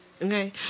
Okay